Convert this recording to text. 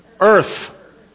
earth